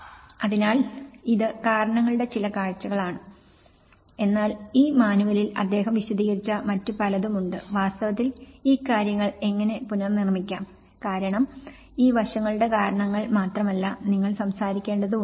അതിനാൽ ഇത് കാരണങ്ങളുടെ ചില കാഴ്ചകളാണ് എന്നാൽ ഈ മാനുവലിൽ അദ്ദേഹം വിശദീകരിച്ച മറ്റു പലതും ഉണ്ട് വാസ്തവത്തിൽ ഈ കാര്യങ്ങൾ എങ്ങനെ പുനർനിർമ്മിക്കാം കാരണം ഈ വശങ്ങളുടെ കാരണങ്ങൾ മാത്രമല്ല നിങ്ങൾ സംസാരിക്കേണ്ടതും ഉണ്ട്